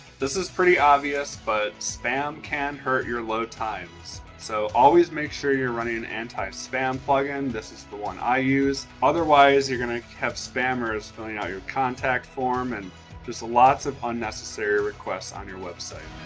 this is pretty obvious but spam can hurt your low times so always make sure you're running an anti spam plugin this is the one i use otherwise you're gonna kept spammers filling out your contact form and just lots of unnecessary requests on your website